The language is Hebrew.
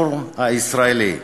הציבור הישראלי.